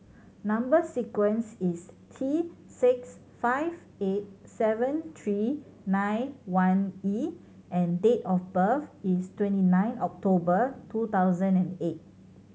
number sequence is T six five eight seven three nine one E and date of birth is twenty nine October two thousand and eight